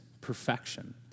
perfection